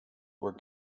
were